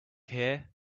here